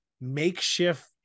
makeshift